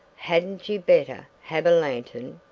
hadn't you better have a lantern?